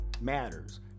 matters